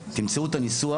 תמצאו את הניסוח.